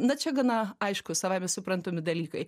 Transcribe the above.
na čia gana aišku savaime suprantami dalykai